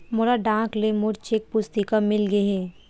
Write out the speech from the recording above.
मोला डाक ले मोर चेक पुस्तिका मिल गे हे